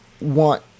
want